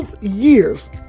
years